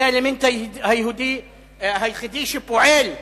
זה האלמנט היהודי היחידי שפועל ומשפיע,